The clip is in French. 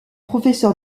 professeur